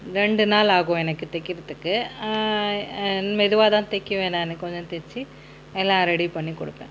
ரெண்டு நாள் ஆகும் எனக்கு தைக்கிறதுக்கு மெதுவாக தான் தைக்கிவேன் நான் கொஞ்சம் தச்சி எல்லாம் ரெடி பண்ணி கொடுப்பேன்